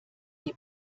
die